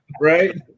right